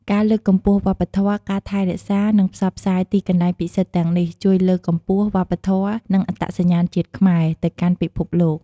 ការលើកកម្ពស់វប្បធម៌ ការថែរក្សា និងផ្សព្វផ្សាយទីកន្លែងពិសិដ្ឋទាំងនេះ ជួយលើកកម្ពស់ វប្បធម៌ និងអត្តសញ្ញាណជាតិខ្មែរ ទៅកាន់ពិភពលោក។